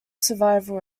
survival